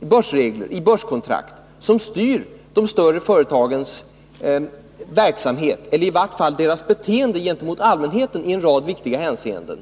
börsregler, börskontrakt, som styr de större företagens verksamhet eller i vart fall deras beteende gentemot allmänheten i en rad viktiga hänseenden.